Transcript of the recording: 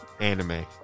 anime